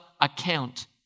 account